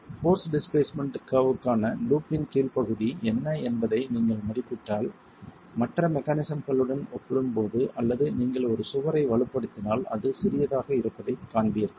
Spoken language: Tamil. போர்ஸ் டிஸ்பிளேஸ்மென்ட் கர்வ்க்கான லூப் இன் கீழ் பகுதி என்ன என்பதை நீங்கள் மதிப்பிட்டால் மற்ற மெக்கானிஸம்களுடன் ஒப்பிடும்போது அல்லது நீங்கள் ஒரு சுவரை வலுப்படுத்தினால் அது சிறியதாக இருப்பதைக் காண்பீர்கள்